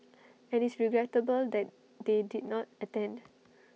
and it's regrettable that they did not attend